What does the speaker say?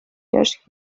داشت